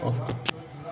of